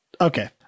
Okay